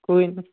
ਕੋਈ ਨਹੀਂ